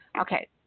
Okay